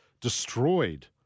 destroyed